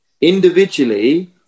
individually